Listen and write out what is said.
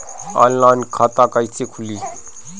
Online खाता कईसे खुलि?